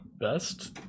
best